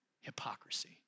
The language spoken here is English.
hypocrisy